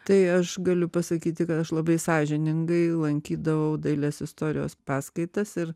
tai aš galiu pasakyti kad aš labai sąžiningai lankydavau dailės istorijos paskaitas ir